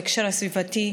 בהקשר הסביבתי: